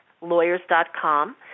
Lawyers.com